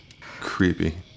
Creepy